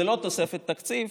זו לא תוספת תקציב,